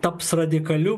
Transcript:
taps radikaliu